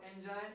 engine